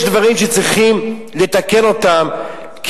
יש דברים שצריכים לתקן אותם,